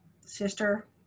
sister